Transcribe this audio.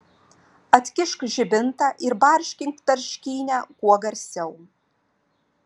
atkišk žibintą ir barškink tarškynę kuo garsiau